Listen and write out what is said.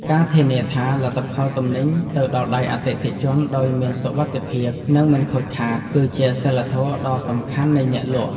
ការធានាថា លទ្ធផលទំនិញទៅដល់ដៃអតិថិជនដោយមានសុវត្ថិភាពនិងមិនខូចខាត គឺជាសីលធម៌ដ៏សំខាន់នៃអ្នកលក់។